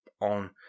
on